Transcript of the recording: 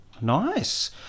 Nice